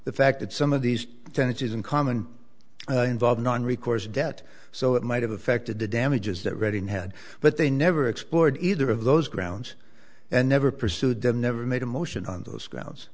the fact that some of these tendencies in common involve non recourse debt so it might have affected the damages that reading had but they never explored either of those grounds and never pursued them never made a motion on those grounds